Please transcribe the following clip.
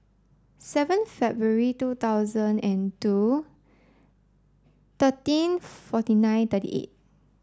seven February two thousand and two thirteen forty nine thirty eight